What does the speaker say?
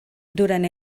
duren